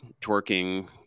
twerking